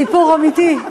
סיפור אמיתי.